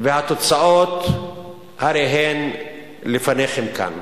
והתוצאות הרי הן לפניכם כאן.